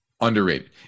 Underrated